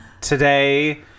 Today